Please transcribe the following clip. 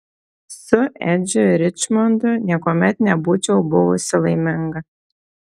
su edžiu ričmondu niekuomet nebūčiau buvusi laiminga